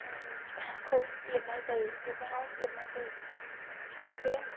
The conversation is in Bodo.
खौ एरनाय जायो रुगुंआव एरनाय जायो बे